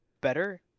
better